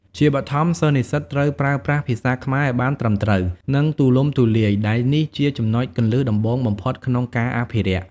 ជាបឋម សិស្សនិស្សិតត្រូវប្រើប្រាស់ ភាសាខ្មែរឱ្យបានត្រឹមត្រូវ និងទូលំទូលាយ ដែលនេះជាចំណុចគន្លឹះដំបូងបំផុតក្នុងការអភិរក្ស។ ។